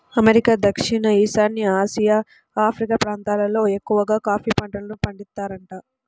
America, దక్షిణ ఈశాన్య Asia, Africa ప్రాంతాలల్లో ఎక్కవగా కాఫీ పంటను పండిత్తారంట